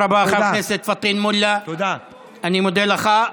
תודה רבה, חבר הכנסת פטין מולא, אני מודה לך.